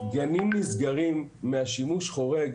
גנים נסגרים משימוש חורג.